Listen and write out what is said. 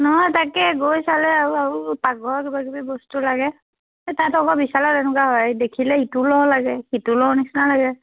নহয় তাকে গৈ চালে আৰু আৰু পাকঘৰৰ কিবা কিবি বস্তু লাগে সেই তাত আকৌ বিশালত এনেকুৱা হয় দেখিলে ইটো লও লাগে সিটো লও নিচিনা লাগে